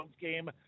game